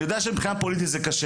אני יודע שמבחינה פוליטית זה קשה